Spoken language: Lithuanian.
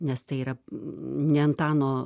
nes tai yra ne antano